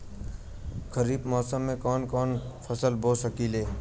खरिफ मौसम में कवन कवन फसल बो सकि ले?